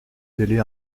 délai